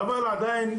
אבל עדיין,